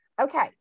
Okay